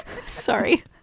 sorry